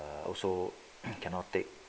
err also cannot take